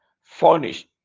Furnished